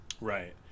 Right